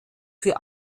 für